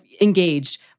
engaged